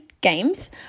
games